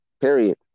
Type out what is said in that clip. period